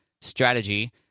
strategy